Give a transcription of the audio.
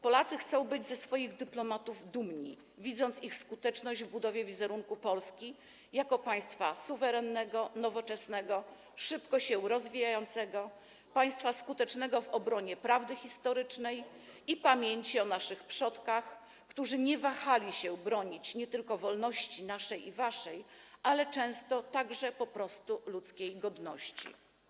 Polacy chcą być ze swoich dyplomatów dumni, widząc ich skuteczność w budowie wizerunku Polski jako państwa suwerennego, nowoczesnego, szybko się rozwijającego, skutecznego w obronie prawdy historycznej i pamięci o naszych przodkach, którzy nie wahali się bronić nie tylko wolności naszej i waszej, ale często po prostu ludzkiej godności.